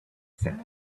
said